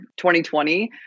2020